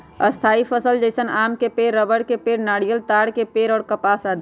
स्थायी फसल जैसन आम के पेड़, रबड़ के पेड़, नारियल, ताड़ के पेड़ और कपास आदि